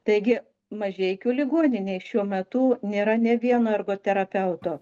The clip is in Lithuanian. taigi mažeikių ligoninėj šiuo metu nėra ne vieno ergoterapeuto